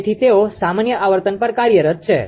તેથી તેઓ સામાન્ય આવર્તન પર કાર્યરત છે